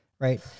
right